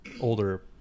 older